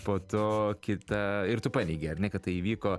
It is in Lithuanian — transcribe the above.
po to kita ir tu paneigei ar ne kad tai įvyko